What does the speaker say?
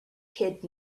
kid